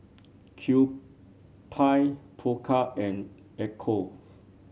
Pewpie Pokka and Ecco